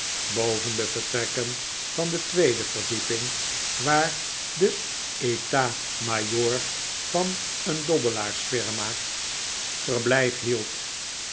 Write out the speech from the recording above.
de vertrekken van de tweede verdieping waar de etat major van een dobbelaarsfirma verblijf hield